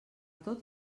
tot